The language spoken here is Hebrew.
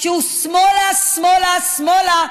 שהוא שמאלה שמאלה שמאלה,